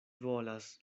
volas